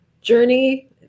journey